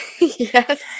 Yes